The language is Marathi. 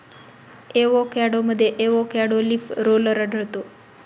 एवोकॅडोमध्ये एवोकॅडो लीफ रोलर आढळतो